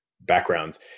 backgrounds